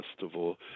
Festival